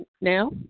now